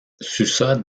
sussat